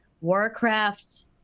Warcraft